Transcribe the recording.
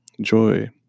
joy